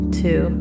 two